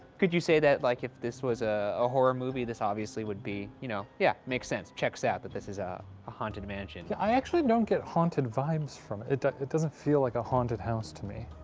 could you say that, like, if this was ah a horror movie, this obviously would be, you know, yeah, makes sense, checks out that this is a haunted mansion. i actually don't get haunted vibes from it. it doesn't feel like a haunted house to me.